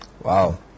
Wow